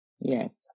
Yes